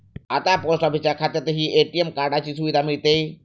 आता पोस्ट ऑफिसच्या खात्यातही ए.टी.एम कार्डाची सुविधा मिळते